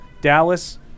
Dallas